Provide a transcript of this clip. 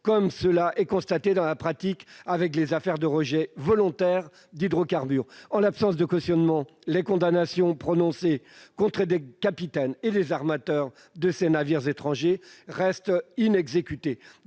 comme cela se vérifie en pratique dans le cas des rejets volontaires d'hydrocarbures. En l'absence de cautionnement, les condamnations prononcées contre des capitaines et des armateurs de tels navires étrangers restent inexécutées.